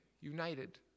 united